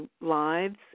lives